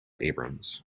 abrams